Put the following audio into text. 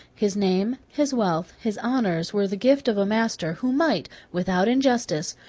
his name, his wealth, his honors, were the gift of a master, who might, without injustice,